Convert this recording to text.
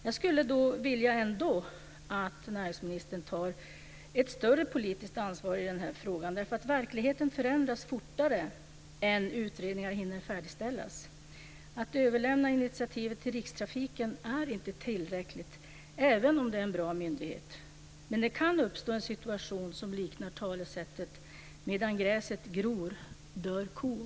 Jag skulle vilja att näringsministern tar ett större politiskt ansvar i den här frågan, därför att verkligheten förändras fortare än utredningar hinner färdigställas. Att överlämna initiativet till Rikstrafiken är inte tillräckligt, även om det är en bra myndighet. Det kan uppstå en situation som liknar talesättet "medan gräset gror dör kon".